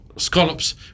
scallops